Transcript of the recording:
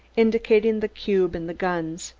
indicating the cube and the guns.